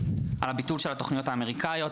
על הביטול של התכניות האמריקניות,